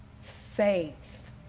faith